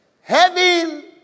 Heaven